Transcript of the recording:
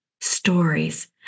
stories